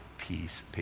Peace